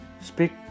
speak